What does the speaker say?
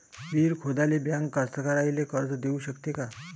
विहीर खोदाले बँक कास्तकाराइले कर्ज देऊ शकते का?